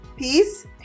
Peace